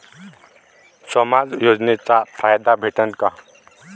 समाज योजनेचा फायदा भेटन का?